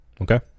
Okay